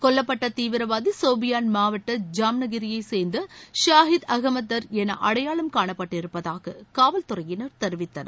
கொல்லப்பட்ட தீவிரவாதி சோஃபியான் மாவட்ட ஜாம்னகிரியைச் சேர்ந்த ஷாகித் அஹமத் தர் என அடையாளம் காணப்பட்டிருப்பதாக காவல்துறையினர் தெரிவித்தனர்